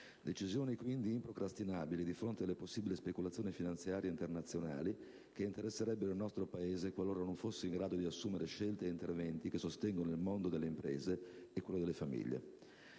decisioni improcrastinabili di fronte alle possibili speculazioni finanziarie internazionali che interesserebbero il nostro Paese qualora non fosse in grado di assumere scelte e interventi che sostengono il mondo delle imprese e le famiglie.